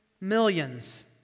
millions